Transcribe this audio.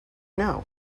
know